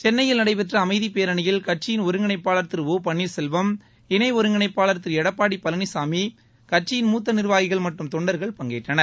சென்னையில் நடைபெற்ற அமைதி பேரணியில் கட்சியிள் ஒருங்கிணைப்பாளர் திரு பள்ளீர்செல்வம் இணை ஒருங்கிணைப்பாளர் திரு எடப்பாடி பழனிசாமி கட்சியின் மூத்த நீர்வாகிகள் மற்றும் தொண்டர்கள் பங்கேற்றனர்